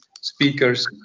speakers